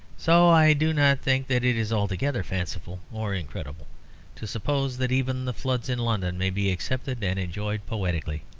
so i do not think that it is altogether fanciful or incredible to suppose that even the floods in london may be accepted and enjoyed poetically.